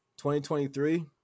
2023